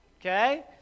okay